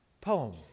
poem